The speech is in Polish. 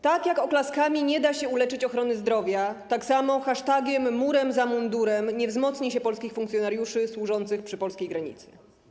Tak jak oklaskami nie da się uleczyć ochrony zdrowia, tak hashtagiem: murem za mundurem nie wzmocni się polskich funkcjonariuszy służących przy polskiej granicy.